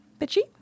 bitchy